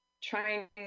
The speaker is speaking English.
trying